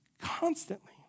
constantly